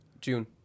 june